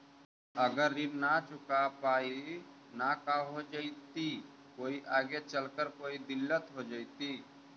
अगर ऋण न चुका पाई न का हो जयती, कोई आगे चलकर कोई दिलत हो जयती?